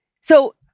So-